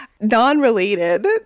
Non-related